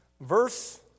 Verse